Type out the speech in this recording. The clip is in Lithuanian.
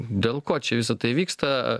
dėl ko čia visa tai vyksta